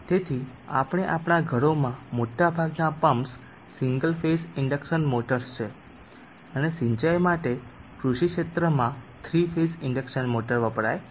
તેથી આપણે આપણા ઘરોમાં મોટાભાગના pumps single phase induction motors છે અને સિંચાઈ માટે કૃષિ ક્ષેત્રમાં થ્રી ફેઝ ઇન્ડક્શન મોટર વપરાય છે